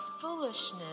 foolishness